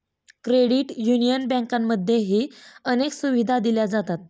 credit union बँकांमध्येही अनेक सुविधा दिल्या जातात